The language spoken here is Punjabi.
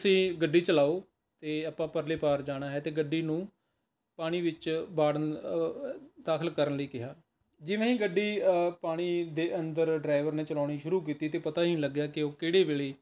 ਤੁਸੀਂ ਗੱਡੀ ਚਲਾਓ ਅਤੇ ਆਪਾਂ ਪਰਲੇ ਪਾਰ ਜਾਣਾ ਹੈ ਅਤੇ ਗੱਡੀ ਨੂੰ ਪਾਣੀ ਵਿੱਚ ਬਾੜਣ ਦਾਖ਼ਲ ਕਰਨ ਲਈ ਕਿਹਾ ਜਿਵੇਂ ਹੀ ਗੱਡੀ ਪਾਣੀ ਦੇ ਅੰਦਰ ਡਰਾਈਵਰ ਨੇ ਚਲਾਉਣੀ ਸ਼ੁਰੂ ਕੀਤੀ ਤਾਂ ਪਤਾ ਹੀ ਨਹੀਂ ਲੱਗਿਆ ਕਿ ਉਹ ਕਿਹੜੇ ਵੇਲੇ